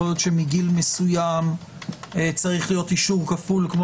יכול להיות שמגיל מסוים צריך להיות אישור כפול כפי